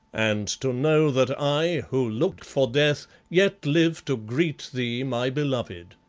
and to know that i, who looked for death, yet live to greet thee, my beloved.